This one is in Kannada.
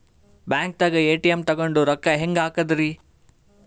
ಬ್ಯಾಂಕ್ದಾಗ ಎ.ಟಿ.ಎಂ ತಗೊಂಡ್ ರೊಕ್ಕ ಹೆಂಗ್ ಹಾಕದ್ರಿ?